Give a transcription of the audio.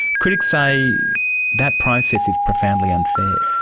critics say that process is profoundly unfair.